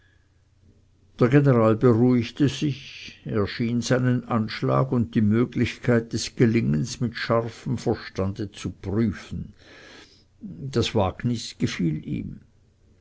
der general beruhigte sich er schien seinen anschlag und die möglichkeit des gelingens mit scharfem verstande zu prüfen das wagnis gefiel ihm